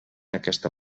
aquesta